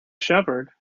shepherd